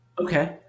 Okay